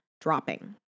dropping